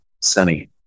Sunny